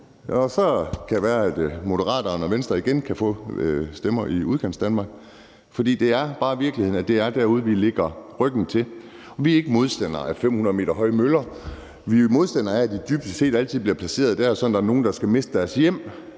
Og så kan det være, at Moderaterne og Venstre igen kan få stemmer i Udkantsdanmark, for det er bare virkeligheden, at det er derude, vi lægger ryg til. Vi er ikke modstandere af 500 m høje møller, men vi er modstandere af, at de dybest set altid bliver placeret, sådan at der er nogle, der skal miste deres hjem,